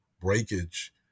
breakage